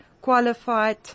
qualified